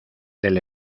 del